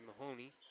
Mahoney